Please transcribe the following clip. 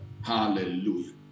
Hallelujah